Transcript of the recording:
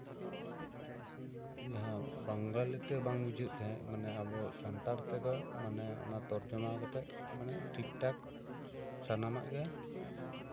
ᱡᱟᱦᱟᱸ ᱵᱟᱝᱜᱟᱞᱤ ᱛᱮ ᱵᱟᱝ ᱦᱤᱡᱩᱜ ᱛᱟᱦᱮᱸ ᱢᱟᱱᱮ ᱟᱵᱚ ᱥᱟᱱᱛᱟᱲ ᱛᱮᱫᱚ ᱢᱟᱱᱮ ᱚᱱᱟ ᱛᱚᱨᱡᱚᱢᱟ ᱠᱟᱛᱮᱜ ᱢᱟᱱᱮ ᱴᱷᱤᱠ ᱴᱷᱟᱠ ᱥᱟᱱᱟᱢᱟᱜ ᱜᱮ